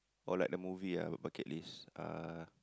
or like the movie ah bu~ bucket list